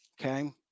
Okay